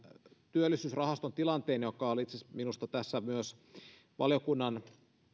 työllisyysrahaston tilanteen joka itse asiassa oli minusta myös tässä valiokunnan